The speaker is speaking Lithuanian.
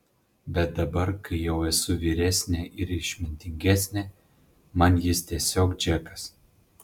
bet dabar kai jau esu vyresnė ir išmintingesnė man jis tiesiog džekas